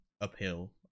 uphill